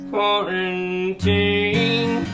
Quarantine